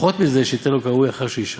פחות מזה, שייתן לו כראוי אחרי שישאל.